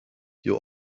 you